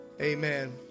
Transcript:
Amen